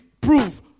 prove